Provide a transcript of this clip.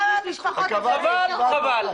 למה המשפחות הנפגעות לא יכולות לדבר?